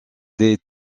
des